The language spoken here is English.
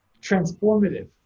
transformative